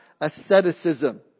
asceticism